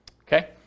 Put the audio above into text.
Okay